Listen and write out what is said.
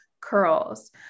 curls